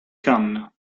canna